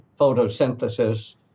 photosynthesis